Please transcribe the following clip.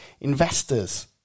investors